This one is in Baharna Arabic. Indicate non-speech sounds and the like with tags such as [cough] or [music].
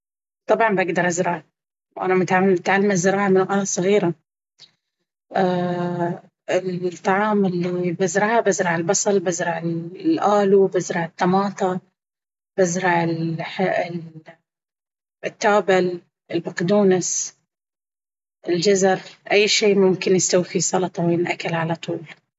طبعا بأقدر ازرع! أنا متعلمة الزراعة من وانا صغيرة. [hesitation] الطعام إلي بزرعه؟ بزرع البصل بزرع الآلو بزرع الطماطة ، بزرع [hesitation] التابل البقدونس، الجزر، أي شي ممكن نسوي فيه سلطة وينأكل على طول.